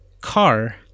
car